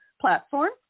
platform